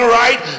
right